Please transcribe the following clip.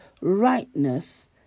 rightness